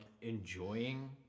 enjoying